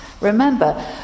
remember